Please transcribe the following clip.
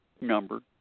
number